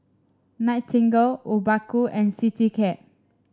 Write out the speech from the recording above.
Nightingale Obaku and Citycab